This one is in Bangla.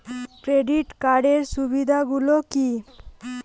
ক্রেডিট কার্ডের সুবিধা গুলো কি?